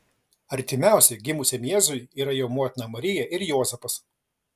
artimiausi gimusiam jėzui yra jo motina marija ir juozapas